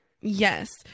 Yes